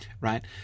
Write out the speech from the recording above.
right